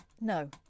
No